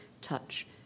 touch